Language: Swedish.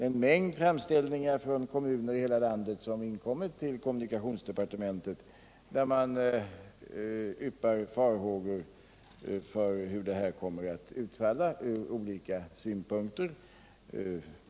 En mängd framställningar från kommuner i hela landet har kommit till kommunikationsdepartementet, i vilka man yppar farhågor för hur en sådan omorganisation från olika synpunkter kommer att utfalla.